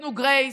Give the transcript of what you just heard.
תנו גרייס,